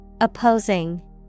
Opposing